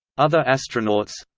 other astronauts